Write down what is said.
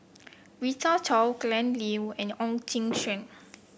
Rita Chao Glen Goei and Ong Kim Seng